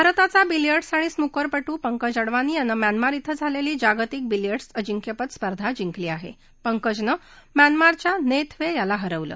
भारताचा बिलीयर्डस् आणि स्नूकरपटू पंकज अडवाणी यानं म्यानमार िं झाल्सी जागतिक बिलीयर्डस् अजिंक्यपद स्पर्धा जिंकली आहा पंकजनं म्यानमारच्या नक्विखाला हरवलं